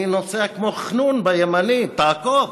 אני נוסע כמו חנון בימני, תעקוף.